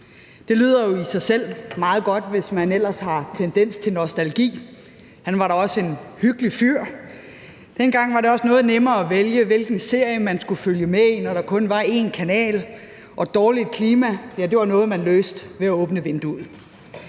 Det lyder jo i sig selv meget godt, hvis man ellers har tendens til nostalgi, og han var da også en hyggelig fyr. Dengang var det også noget nemmere at vælge, hvilken serie man skulle følge med i, når der kun var én kanal, og dårligt klima var noget, man løste ved at åbne vinduet.